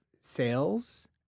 sales